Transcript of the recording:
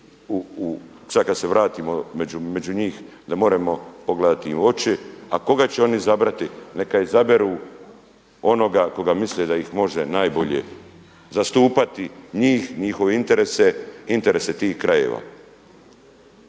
sada kada se vratimo među njih da možemo im pogledati u oči. A koga će oni izabrati neka izaberu onoga koga misle da ih može najbolje zastupati, njih, njihove interese, interese tih krajeva.